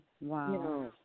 Wow